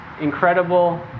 incredible